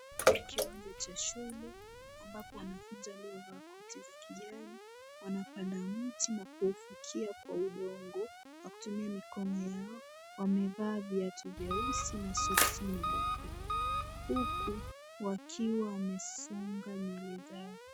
Kiwanja cha shule ambapo wanafunzi waliovaa koti za kijani wanapanda mti na kuufukia kwa udongo kwa kutumia mikono yao. Wamevaa viatu vyeusi na soksi nyeupe huku wakiwa wamesonga nywele zao.